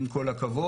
עם כל הכבוד,